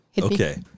Okay